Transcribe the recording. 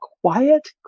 quiet